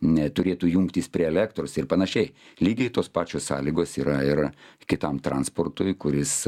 neturėtų jungtis prie elektros ir panašiai lygiai tos pačios sąlygos yra ir kitam transportui kuris